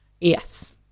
Yes